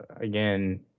again